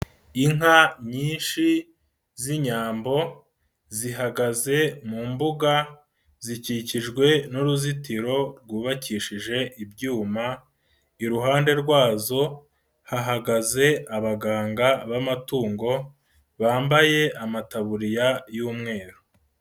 Inka nyinshi z'inyambo zihagaze mu mbuga, zikikijwe n'uruzitiro rwubakishije ibyuma, iruhande rwazo hahagaze abaganga b'amatungo, bambaye amataburiya y'umweru.